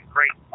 Great